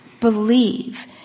believe